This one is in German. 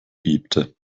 bebte